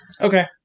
Okay